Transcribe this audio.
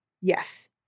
Yes